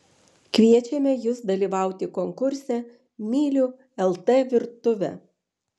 kviečiame jus dalyvauti konkurse myliu lt virtuvę